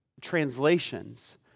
translations